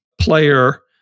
player